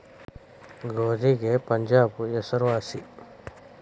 ಗೋಧಿಗೆ ಪಂಜಾಬ್ ಹೆಸರು ವಾಸಿ